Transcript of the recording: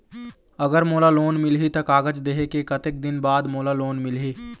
अगर मोला लोन मिलही त कागज देहे के कतेक दिन बाद मोला लोन मिलही?